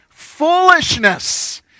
foolishness